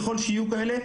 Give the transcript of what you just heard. ככל שיהיו כאלה,